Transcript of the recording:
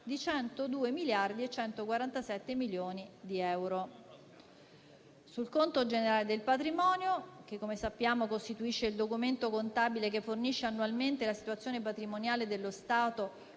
di 102.147 milioni di euro. Sul conto generale del patrimonio (che, come sappiamo, costituisce il documento contabile che fornisce annualmente la situazione patrimoniale dello Stato